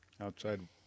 outside